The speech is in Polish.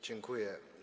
Dziękuję.